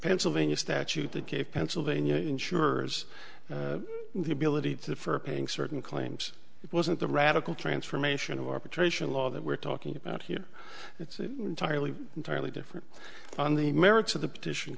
pennsylvania statute that gave pennsylvania insurers the ability to for paying certain claims it wasn't the radical transformation of arbitration law that we're talking about here it's entirely entirely different on the merits of the petition